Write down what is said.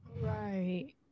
right